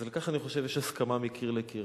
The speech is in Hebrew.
אז על כך אני חושב יש הסכמה מקיר לקיר.